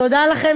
תודה לכם